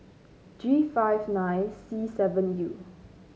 G five nine C seven U